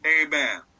Amen